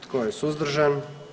Tko je suzdržan?